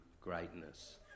greatness